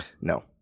No